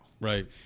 Right